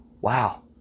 wow